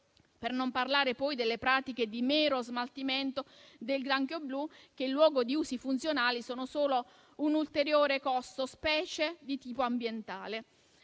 Non parliamo poi delle pratiche di mero smaltimento del granchio blu che, in luogo di usi funzionali, sono solo un ulteriore costo, specie di tipo ambientale.